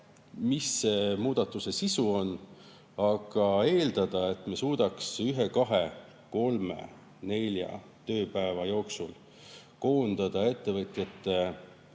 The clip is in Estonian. mis muudatuse sisu on, aga eeldada, et me suudaks ühe, kahe, kolme või nelja tööpäeva jooksul koondada ettevõtjate